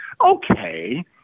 Okay